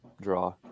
draw